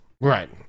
Right